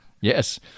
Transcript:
Yes